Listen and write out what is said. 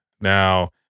Now